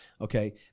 Okay